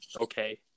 okay